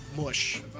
mush